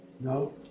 No